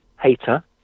hater